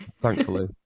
thankfully